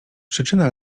przyczyna